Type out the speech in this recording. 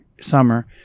summer